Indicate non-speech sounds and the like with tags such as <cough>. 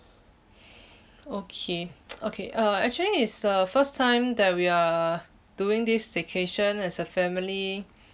<breath> okay <noise> okay uh actually it's a first time that we are doing this staycation as a family